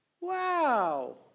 Wow